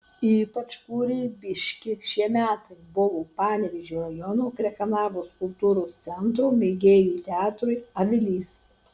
ypač kūrybiški šie metai buvo panevėžio rajono krekenavos kultūros centro mėgėjų teatrui avilys